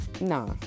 Nah